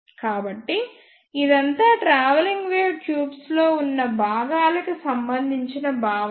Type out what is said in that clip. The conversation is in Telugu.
కాబట్టి ఇదంతా ట్రావెలింగ్ వేవ్ ట్యూబ్స్లో ఉన్న భాగాల కి సంబందించిన భావన